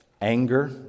anger